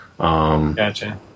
Gotcha